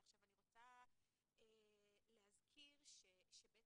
כי אז באמת אני חושבת שזה גם